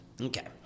Okay